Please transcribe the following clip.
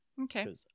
Okay